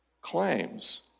claims